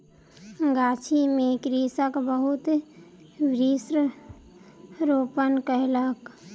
गाछी में कृषक बहुत वृक्ष रोपण कयलक